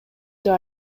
деп